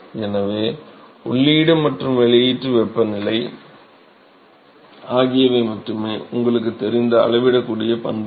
எனவே உள்ளீடு மற்றும் வெளியீட்டு வெப்பநிலை ஆகியவை மட்டுமே உங்களுக்குத் தெரிந்த அளவிடக்கூடிய பண்புகள்